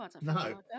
No